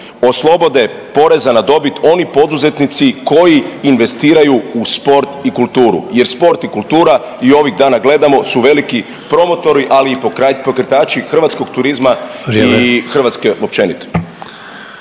oslobode poreza na dobit oni poduzetnici koji investiraju u sport i kulturu jer sport i kultura i ovih dana gledamo su veliki promotori, ali i pokretači hrvatskog turizma i Hrvatske općenito.